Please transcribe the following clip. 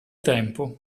tempo